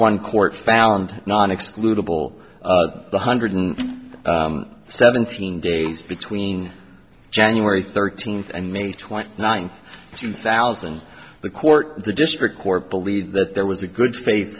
one hundred seventeen days between january thirteenth and may twenty ninth two thousand the court the district court believe that there was a good faith